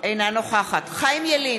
אינה נוכחת חיים ילין,